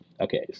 okay